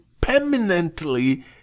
permanently